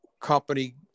company